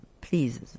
Please